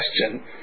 question